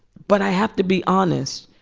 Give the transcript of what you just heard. but i have to be honest.